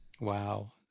Wow